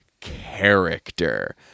character